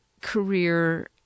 career